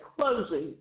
closing